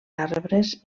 arbres